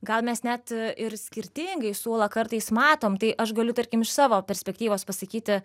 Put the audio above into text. gal mes net ir skirtingai su ūla kartais matom tai aš galiu tarkim iš savo perspektyvos pasakyti